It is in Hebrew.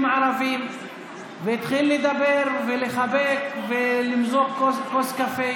הערביים והתחיל לדבר ולחבק ולמזוג כוס קפה.